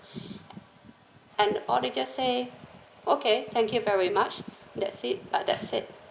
and all they just say okay thank you very much that's it but that's it